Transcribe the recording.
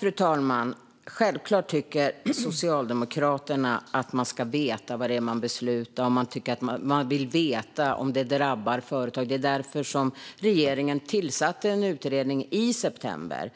Fru talman! Självklart tycker Socialdemokraterna att man ska veta vad det är man beslutar om och vill veta om det drabbar företag. Det var därför regeringen tillsatte en utredning i september.